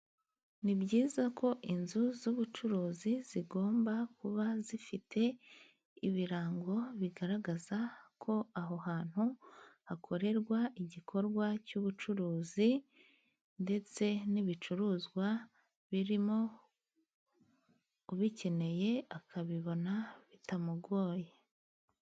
Ni byiza ko inzu z'ubucuruzi zigomba kuba zifite ibirango, bigaragaza ko aho hantu hakorerwa igikorwa cy'ubucuruzi, ndetse n'ibicuruzwa birimo, ubikeneye akabibona bitamugoye.